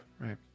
right